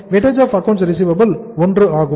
War 1 ஆகும்